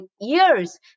years